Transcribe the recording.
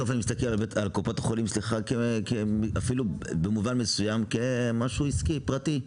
אני מסתכל עליהם במשהו עסקי ופרטי.